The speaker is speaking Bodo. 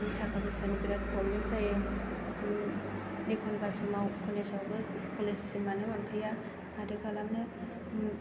थाखा फैसानि बिराद प्रब्लेम जायो एखम्बा समाव कलेजावबो कलेजसिमआनो मोनहैया आरो खालामनो